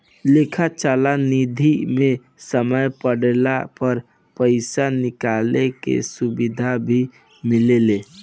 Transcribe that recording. लेखा चल निधी मे समय पड़ला पर पइसा निकाले के सुविधा भी मिलेला